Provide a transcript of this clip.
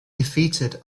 defeated